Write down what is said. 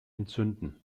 entzünden